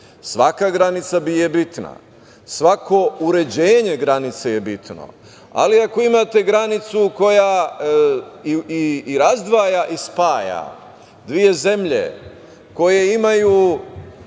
granica je bitna, svako uređenje granice je bitno, ali ako imate granicu koja razdvaja i spaja, dve zemlje, koje imaju